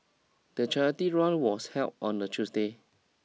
the charity run was held on a Tuesday